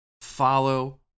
Follow